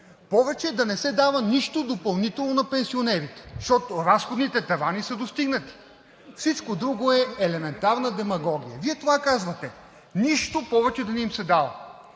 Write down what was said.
повече да не се дава нищо допълнително на пенсионерите, защото разходните тавани са достигнати. Всичко друго е елементарна демагогия! Вие това казвате: нищо повече да не им се дава,